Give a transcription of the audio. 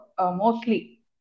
mostly